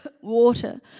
water